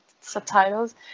subtitles